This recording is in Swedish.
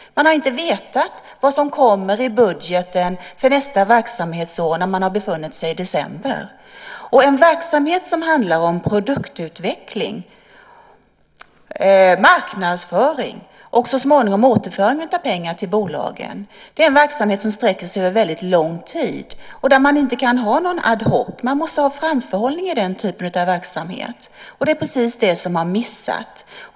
Man har inte vetat vad som kommer i budgeten för nästa verksamhetsår när man har befunnit sig i december. En verksamhet som handlar om produktutveckling, marknadsföring och så småningom återföring av pengar till bolagen är en verksamhet som sträcker sig över väldigt lång tid. Man kan inte ha något ad hoc . Man måste ha framförhållning i den typen av verksamhet. Det är precis det som har missats.